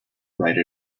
write